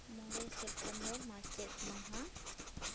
ᱢᱚᱬᱮ ᱥᱮᱯᱴᱮᱢᱵᱚᱨ ᱢᱟᱪᱮᱫ ᱢᱟᱦᱟ